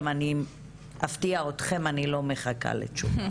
אני אפתיע אתכם, אני לא מחכה לתשובה,